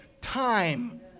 time